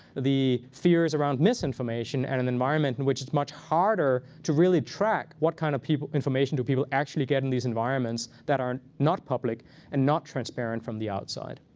the fears around misinformation and an environment in which it's much harder to really track what kind of information do people actually get in these environments that are not public and not transparent from the outside.